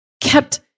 kept